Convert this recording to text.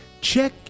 check